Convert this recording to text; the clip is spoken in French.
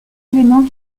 élément